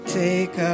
take